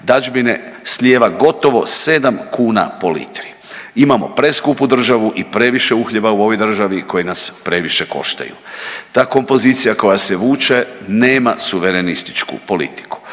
dadžbine slijeva gotovo 7 kuna po litri. Imamo preskupu državu i previše uhljeba u ovoj državi koji nas previše koštaju. Ta kompozicija koja se vuče nema suverenističku politiku.